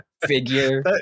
figure